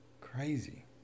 Crazy